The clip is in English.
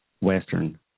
western